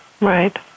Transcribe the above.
Right